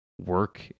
work